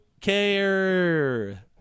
care